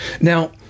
Now